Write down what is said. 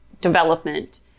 development